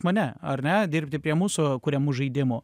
mane ar ne dirbti prie mūsų kuriamų žaidimų